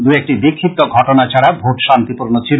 দু একটি বিক্ষিপ্ত ঘটনা ছাড়া ভোট শান্তিপূর্ণ ছিল